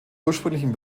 ursprünglichen